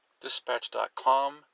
dispatch.com